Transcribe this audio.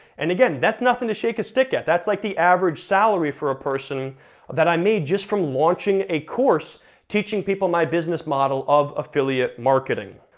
and again, that's nothing to shake a stick at, that's like the average salary for a person that i made just from launching a course teaching people my business model of affiliate marketing.